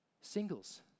Singles